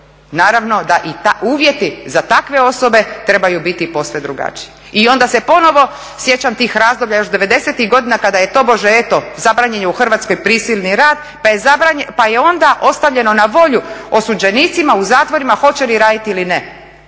Naravno da i uvjeti za takve osobe trebaju biti posve drugačiji i onda se ponovo sjećam tih razdoblja još devedesetih godina kada je tobože eto zabranjen je u Hrvatskoj prisilni rad, pa je onda ostavljeno na volju osuđenicima u zatvorima hoće li raditi ili ne.